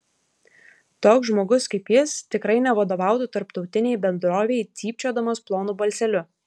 toks žmogus kaip jis tikrai nevadovautų tarptautinei bendrovei cypčiodamas plonu balseliu